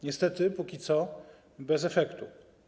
Niestety, póki co bez efektu.